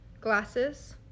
glasses